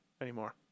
anymore